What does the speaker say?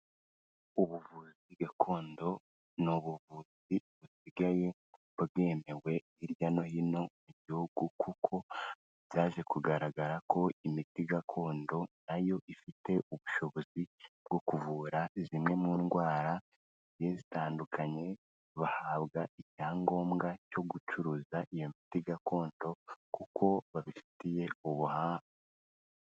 Ubuvuzi gakondo ni ubuvuzi busigaye bwemewe hirya no hino mu gihugu kuko byaje kugaragara ko imiti gakondo na yo ifite ubushobozi bwo kuvura zimwe mu ndwara zigiye zitandukanye, bahabwa icyangombwa cyo gucuruza iyo miti gakondo kuko babifitiye ubuhanga.